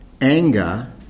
anger